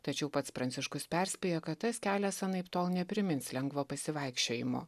tačiau pats pranciškus perspėja kad tas kelias anaiptol neprimins lengvo pasivaikščiojimo